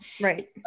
Right